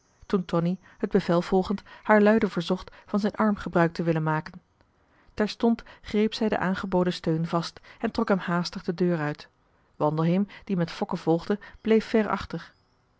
tonie het bevel volgend haar luide verzocht van zijn arm gebruik te willen maken terstond greep zij den aangeboden steun vast en trok hem haastig de deur uit wandelheem die met fokke volgde bleef